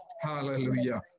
Hallelujah